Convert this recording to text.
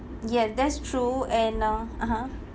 yes that's true and a (uh huh)